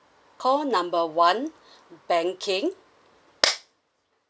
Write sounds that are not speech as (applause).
call number one banking (noise)